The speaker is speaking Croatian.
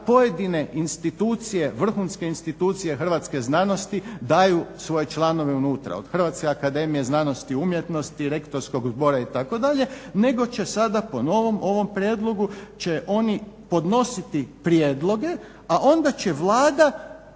pojedine institucije, vrhunske institucije hrvatske znanosti daju svoje članove unutra, od Hrvatske akademije znanosti i umjetnosti, Rektorskog zbora itd., nego će sada po novom ovom prijedlogu će oni podnositi prijedloge, a onda će Vlada